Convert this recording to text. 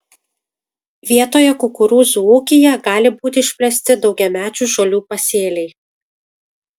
vietoje kukurūzų ūkyje gali būti išplėsti daugiamečių žolių pasėliai